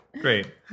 Great